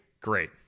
great